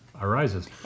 arises